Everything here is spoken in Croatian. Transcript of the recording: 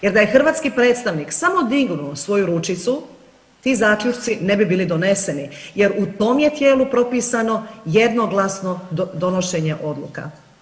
Jer da je hrvatski predstavnik samo dignuo svoju ručicu ti zaključci ne bi bili doneseni, jer u tom je tijelu propisano jednoglasno donošenje odluka.